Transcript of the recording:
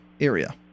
area